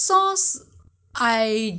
you want to buy packet